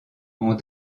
ont